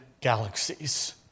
galaxies